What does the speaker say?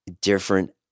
different